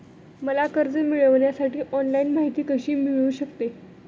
मला कर्ज मिळविण्यासाठी ऑनलाइन माहिती कशी मिळू शकते?